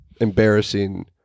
embarrassing